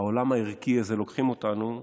בעולם הערכי הזה לוקחים אותנו,